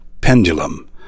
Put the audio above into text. Pendulum